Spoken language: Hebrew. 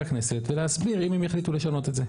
הכנסת ולהסביר אם הם יחליטו לשנות את זה,